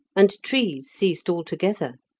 and trees ceased altogether.